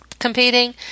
competing